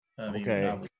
Okay